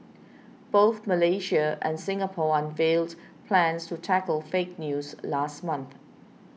both Malaysia and Singapore unveiled plans to tackle fake news last month